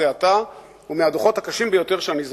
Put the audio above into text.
עתה הוא מהדוחות הקשים ביותר שאני זוכר.